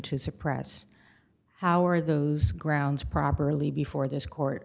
to suppress how are those grounds properly before this court